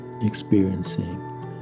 experiencing